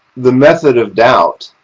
the method of doubt,